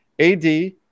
AD